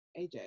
AJ